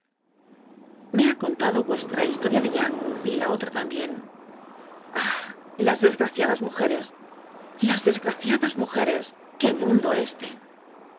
me ha contado loda yuesii'a histoi'ia de yarmouth y la otra tambicn i ah i las desgraciadas mujeres las dcsgmciadas mujeres qué mundo este